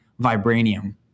vibranium